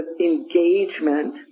engagement